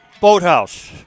boathouse